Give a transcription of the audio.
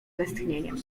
westchnieniem